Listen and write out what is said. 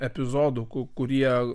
epizodų ku kurie